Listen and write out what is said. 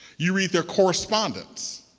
you read their correspondence